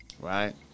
right